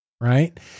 right